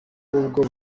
ahubwo